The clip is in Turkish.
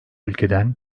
ülkeden